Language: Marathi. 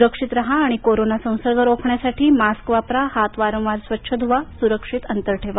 सुरक्षित राहा आणि कोरोना संसर्ग रोखण्यासाठी मास्क वापरा हात वारंवार स्वच्छ धुवा सुरक्षित अंतर ठेवा